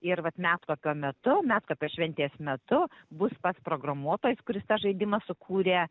ir vat medkopio metu medkopio šventės metu bus pats programuotojas kuris tą žaidimą sukūrė